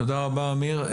תודה רבה עמיר.